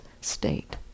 state